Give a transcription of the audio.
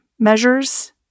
Measures